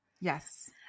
Yes